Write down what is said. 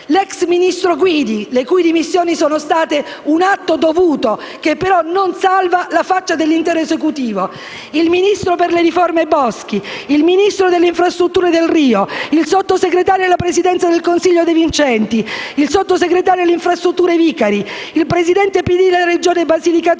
l'ex ministro Guidi, le cui dimissioni sono state un atto dovuto, che però non salva la faccia all'intero Esecutivo; il ministro per le riforme Boschi; il ministro delle infrastrutture Delrio; il sottosegretario alla Presidenza del Consiglio De Vincenti; il sottosegretario alle infrastrutture Vicari; il presidente della Regione Basilicata